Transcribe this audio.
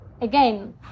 again